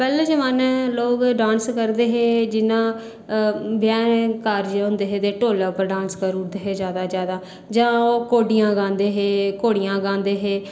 पैह्ले जमाने च लोक डांस करदे हे जि'यां ब्याहें कारजै होंदे हे ते ढोलै पर डांस करू दे हे जादै जां ओह् कौड्डियां गांदे हे घोड़ियां गांदे हे